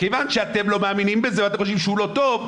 כיון שאתם לא מאמינים בזה או שאתם חושבים שזה לא טוב,